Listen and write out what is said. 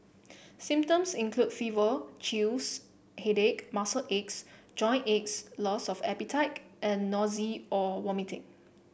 symptoms include fever chills headache muscle aches joint aches loss of appetite and nausea or vomiting